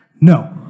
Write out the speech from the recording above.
No